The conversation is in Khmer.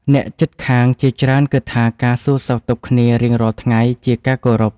អ្នកជិតខាងជាច្រើនគិតថាការសួរសុខទុក្ខគ្នារៀងរាល់ថ្ងៃជាការគោរព។